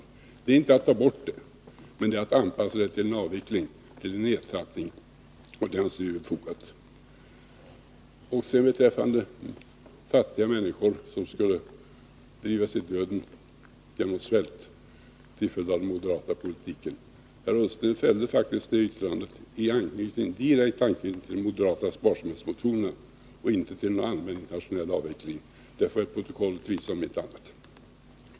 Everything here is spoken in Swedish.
Detta är inte att ta bort någonting, utan att anpassa biståndet till en avveckling, en nedtrappning, och det anser vi befogat. Beträffande de fattiga människor som skulle drivas i döden genom svält till följd av den moderata politiken: Herr Ullsten fällde faktiskt ett sådant yttrande i direkt anknytning till de moderata sparsamhetsmotionerna och inte till någon allmän internationell avveckling — om inte annat får protokollet visa det.